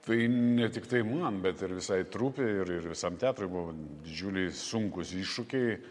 tai ne tiktai man bet ir visai trupei ir visam teatrui buvo didžiuliai sunkūs iššūkiai